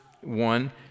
one